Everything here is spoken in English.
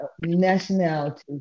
nationality